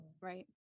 right